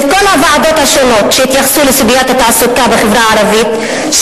של כל הוועדות השונות שהתייחסו לסוגיית התעסוקה בחברה הערבית,